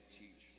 teach